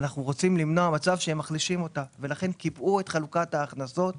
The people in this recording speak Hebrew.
אנחנו רוצים למנוע מצב שהם מחלישים אותה ולכן קיבעו את חלוקת ההכנסות